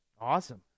Awesome